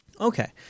Okay